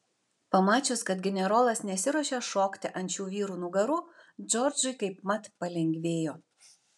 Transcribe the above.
pamačius kad generolas nesiruošia šokti ant šių vyrų nugarų džordžui kaipmat palengvėjo